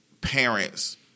parents